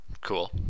Cool